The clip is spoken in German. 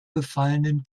gefallenen